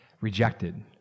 rejected